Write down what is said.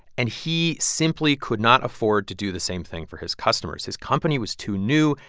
and he simply could not afford to do the same thing for his customers. his company was too new.